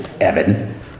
Evan